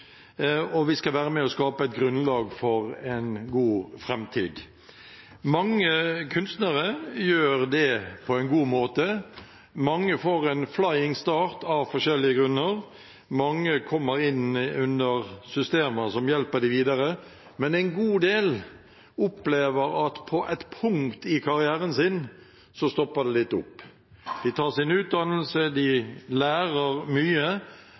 og vi skal være med og skape et grunnlag for en god framtid. Mange kunstnere gjør det på en god måte, mange får en «flying start» av forskjellige grunner, mange kommer inn under systemer som hjelper dem videre, men en god del opplever at på et punkt i karrieren sin, så stopper det litt opp. De tar sin utdannelse, de lærer mye,